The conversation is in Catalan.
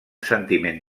sentiment